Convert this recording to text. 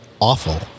awful